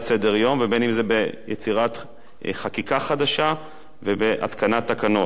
סדר-יום ובין שזה ביצירת חקיקה חדשה ובהתקנת תקנות.